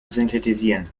synthetisieren